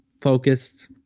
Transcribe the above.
focused